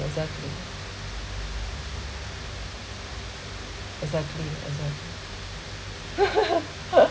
exactly exactly exactly